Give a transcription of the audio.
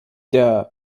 der